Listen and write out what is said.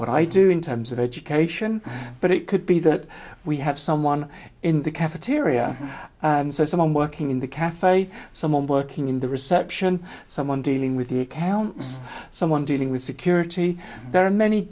what i do in terms of education but it could be that we have someone in the cafeteria someone working in the cafe someone working in the reception someone dealing with the accounts someone dealing with security there are many